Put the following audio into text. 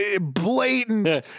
blatant